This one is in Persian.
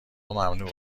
ممنوع